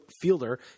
fielder